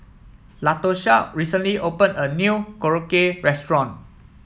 Latosha recently opened a new Korokke Restaurant